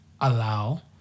allow